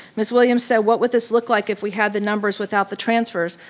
ms. williams said, what would this look like if we had the numbers without the transfers?